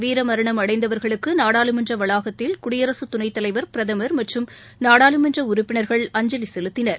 வீரமரணம் அடைந்தவர்களுக்கு நாடாளுமன்ற வளாகத்தில் குடியரசுத் துணைத் தலைவர் பிரதமர் மற்றும் நாடாளுமன்ற உறுப்பினர்கள் அஞ்சலி செலுத்தினர்